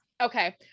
okay